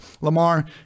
Lamar